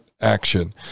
action